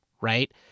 right